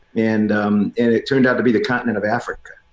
and and it turned out to be the continent of africa.